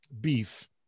beef